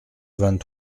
vingt